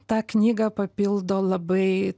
tą knygą papildo labai